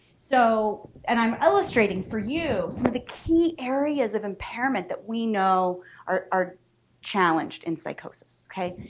so and i'm illustrating for you so the key areas of impairment that we know are are challenged in psychosis. okay,